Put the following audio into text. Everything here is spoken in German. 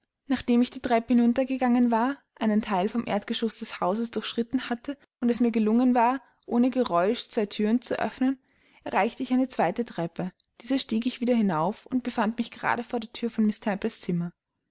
nachdem ich die treppe hinuntergegangen war einen teil vom erdgeschoß des hauses durchschritten hatte und es mir gelungen war ohne geräusch zwei thüren zu öffnen erreichte ich eine zweite treppe diese stieg ich wieder hinauf und befand mich gerade vor der thür von miß temples zimmer